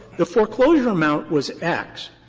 the foreclosure amount was x.